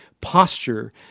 posture